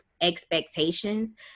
expectations